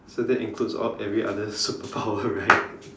so that includes all every other superpower right